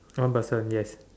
one person yes